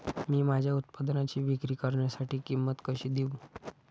मी माझ्या उत्पादनाची विक्री करण्यासाठी किंमत कशी देऊ?